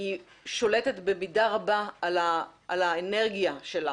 היא שולטת במידה רבה על האנרגיה שלה,